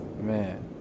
Man